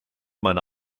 meine